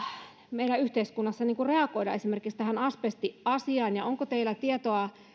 meidän yhteiskunnassamme reagoidaan esimerkiksi tähän asbestiasiaan onko teillä tietoa